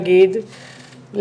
נגיד,